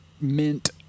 mint